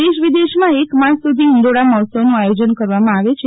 દેશ વિદેશમાં એક માસ સુધી ફિંડોળા મફોત્સવનું આયોજન કરવામાં આવે છે